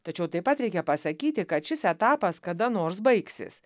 tačiau taip pat reikia pasakyti kad šis etapas kada nors baigsis